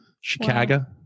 chicago